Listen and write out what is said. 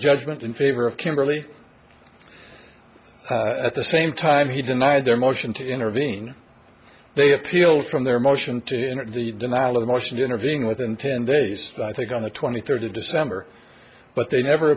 judgment in favor of kimberly at the same time he denied their motion to intervene they appealed from their motion to the denial of the motion to intervene within ten days i think on the twenty third of december but they never